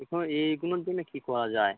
এখন এগুলোর জন্য কী করা যায়